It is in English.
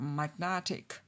magnetic